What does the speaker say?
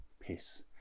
peace